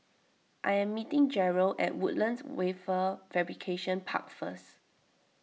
I am meeting Jerel at Woodlands Wafer Fabrication Park First